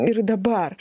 ir dabar